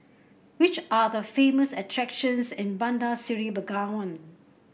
which are the famous attractions in Bandar Seri Begawan